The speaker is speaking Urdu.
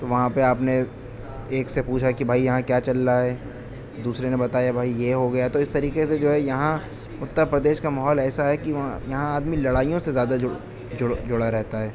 تو وہاں پہ آپ نے ایک سے پوچھا کہ بھائی یہاں کیا چل رہا ہے دوسرے نے بتایا کہ بھائی یہ ہو گیا تو اس طریقے سے جو ہے یہاں اترپردیش کا ماحول ایسا ہے کہ وہاں یہاں آدمی لڑائیوں سے زیادہ جڑا رہتا ہے